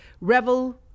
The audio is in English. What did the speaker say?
revel